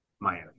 Miami